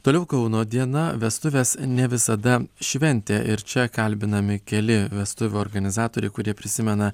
toliau kauno diena vestuvės ne visada šventė ir čia kalbinami keli vestuvių organizatoriai kurie prisimena